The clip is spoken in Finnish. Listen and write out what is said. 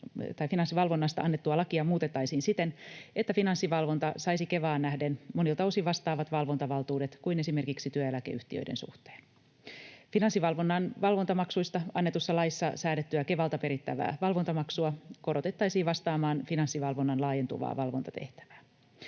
Finanssivalvonnasta annettua lakia muutettaisiin siten, että Finanssivalvonta saisi Kevaan nähden monilta osin vastaavat valvontavaltuudet kuin esimerkiksi työeläkeyhtiöiden suhteen. Finanssivalvonnan valvontamaksuista annetussa laissa säädettyä Kevalta perittävää valvontamaksua korotettaisiin vastaamaan Finanssivalvonnan laajentuvaa valvontatehtävää.